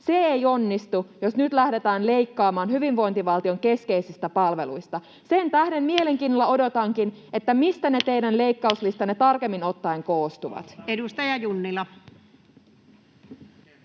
Se ei onnistu, jos nyt lähdetään leikkaamaan hyvinvointivaltion keskeisistä palveluista. Sen tähden mielenkiinnolla odotankin, mistä ne teidän leikkauslistanne tarkemmin